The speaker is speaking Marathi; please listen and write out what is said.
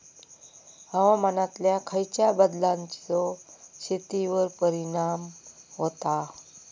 हवामानातल्या खयच्या बदलांचो शेतीवर परिणाम होता?